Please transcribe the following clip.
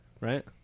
right